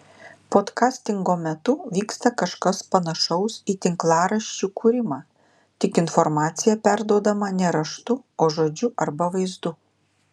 podkastingo metu vyksta kažkas panašaus į tinklaraščių kūrimą tik informacija perduodama ne raštu o žodžiu arba vaizdu